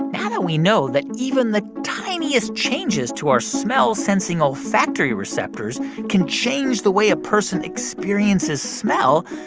now that we know that even the tiniest changes to our smell-sensing olfactory receptors can change the way a person experiences smell,